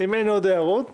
אין עוד הערות